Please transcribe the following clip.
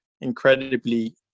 incredibly